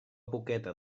boqueta